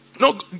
no